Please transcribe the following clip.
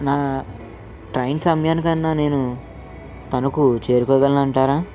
మా ట్రైన్ సమయానికన్నా నేనూ తణుకు చేరుకోగలనంటారా